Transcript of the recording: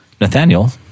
Nathaniel